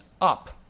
up